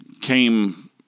came